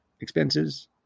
expenses